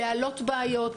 להעלות בעיות,